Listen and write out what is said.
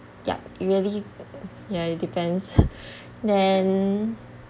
yup really yeah it depends then